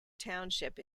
township